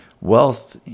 wealth